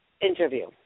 interview